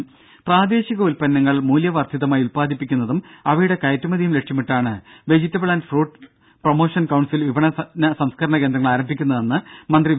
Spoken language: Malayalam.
ദേദ പ്രാദേശിക ഉത്പന്നങ്ങൾ മൂല്യവർദ്ധിതമായി ഉത്പാദിപ്പിക്കുന്നതും അവയുടെ കയറ്റുമതിയും ലക്ഷ്യമിട്ടാണ് vegetable and fruit promotion council വിപണന സംസ്കരണ കേന്ദ്രങ്ങൾ ആരംഭിക്കുന്നതെന്ന് മന്ത്രി വി